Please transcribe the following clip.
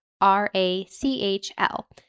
R-A-C-H-L